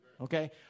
Okay